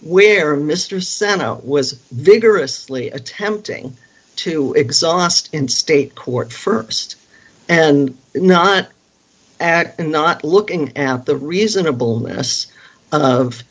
where mr sam was vigorously attempting to exhaust in state court st and not act and not looking at the reasonable mess of